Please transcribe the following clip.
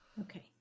Okay